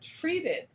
treated